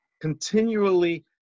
continually